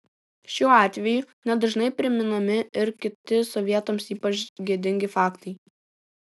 šiuo atveju ne dažnai priminami ir kiti sovietams ypač gėdingi faktai